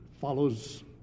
follows